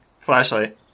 Flashlight